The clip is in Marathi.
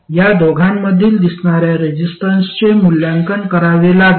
या दोघांमधील दिसणार्या रेजिस्टन्सचे मूल्यांकन करावे लागेल